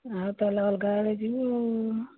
ଆଉ ତାହେଲେ ଅଲ୍ଗା ଆଡ଼େ ଯିବୁ